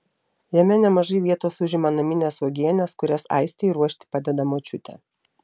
jame nemažai vietos užima naminės uogienės kurias aistei ruošti padeda močiutė